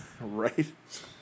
Right